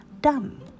done